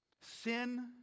Sin